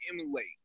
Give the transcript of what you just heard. emulate